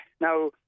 Now